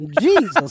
Jesus